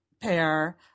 pair